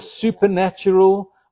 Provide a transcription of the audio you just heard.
supernatural